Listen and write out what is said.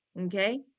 okay